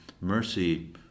mercy